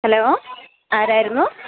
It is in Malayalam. ഹലോ ആരായിരുന്നു